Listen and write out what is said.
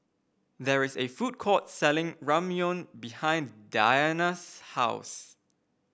there is a food court selling Ramyeon behind Dania's house